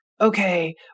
okay